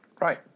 Right